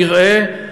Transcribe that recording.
נראה,